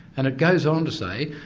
and it goes on to say,